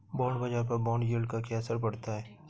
Bond बाजार पर bond yield का क्या असर पड़ता है?